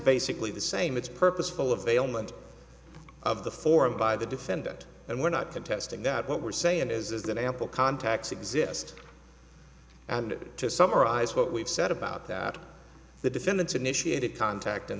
basically the same it's purposeful of ailment of the forum by the defendant and we're not contesting that what we're saying is that ample contacts exist and to summarize what we've said about that the defendants initiated contact